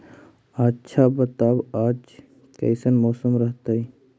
आच्छा बताब आज कैसन मौसम रहतैय?